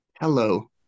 Hello